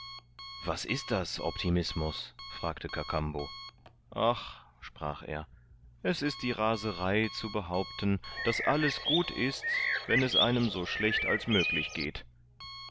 was ist das optimismus fragte kakambo ach sprach er es ist die raserei zu behaupten daß alles gut ist wenn es einem so schlecht als möglich geht